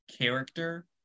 character